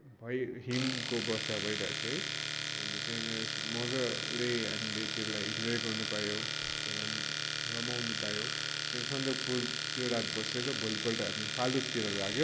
भई हिमको वर्षा भइरहेको थियो है अन्त त्यहाँनिर मजाले हामीले त्यसलाई इन्जोई गर्न पायौँ त्यसलाई पनि रमाउनु पायौँ त्यहाँदेखि सन्दकपुर त्यो रात बसेर भोलिपल्ट हामी फालुटतिर लाग्यौँ